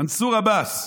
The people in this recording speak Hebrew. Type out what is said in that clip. מנסור עבאס,